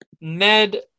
Ned